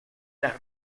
las